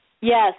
Yes